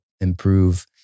improve